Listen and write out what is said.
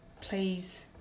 please